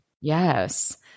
yes